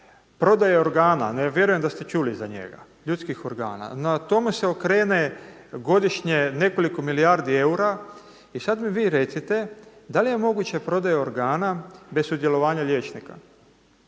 prodaje organa, vjerujem da ste čuli za njega, ljudskih organa. Na tome se okrene godišnje nekoliko milijardi eura i sada mi vi recite da li je moguće prodaja organa bez sudjelovanja liječnika?